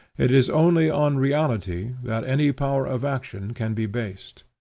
it is only on reality that any power of action can be based.